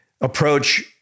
approach